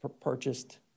purchased